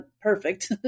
perfect